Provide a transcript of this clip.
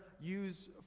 use